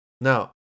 Now